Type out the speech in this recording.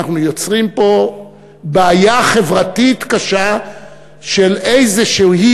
אנחנו יוצרים פה בעיה חברתית קשה של איזושהי